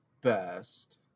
best